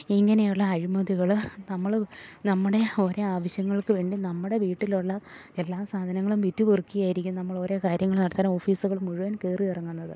ഇങ്ങനെയുള്ള അഴിമതികള് നമ്മള് നമ്മുടെ ഓരോ ആവശ്യങ്ങൾക്ക് വേണ്ടി നമ്മുടെ വീട്ടിലുള്ള എല്ലാ സാധനങ്ങളും വിറ്റു പെറുക്കി ആയിരിക്കും നമ്മളോരോ കാര്യങ്ങള് നടത്താൻ ഓഫീസുകള് മുഴുവൻ കയറി ഇറങ്ങുന്നത്